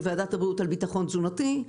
בוועדת הבריאות על ביטחון תזונתי.